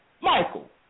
Michael